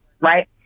right